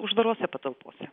uždarose patalpose